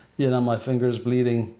yeah um my fingers bleeding.